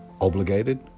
Obligated